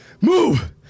Move